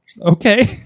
Okay